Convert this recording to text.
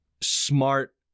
smart